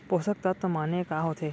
पोसक तत्व माने का होथे?